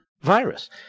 virus